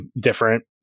different